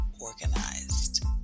Organized